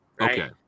Okay